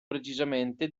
precisamente